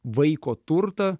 vaiko turtą